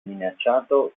minacciato